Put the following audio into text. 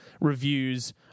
reviews